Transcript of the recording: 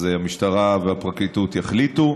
אז המשטרה והפרקליטות יחליטו.